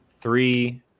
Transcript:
three